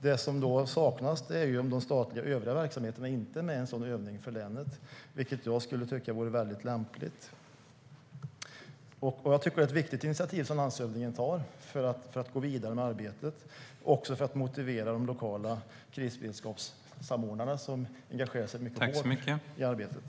Det som länet saknar är de övriga statliga verksamheterna som inte är med. Jag kan tycka att det vore lämpligt om de var det. Landshövdingen tar ett viktigt initiativ för att gå vidare med arbetet, inte minst för att motivera de lokala krisberedskapssamordnarna som engagerar sig hårt i arbetet.